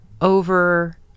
over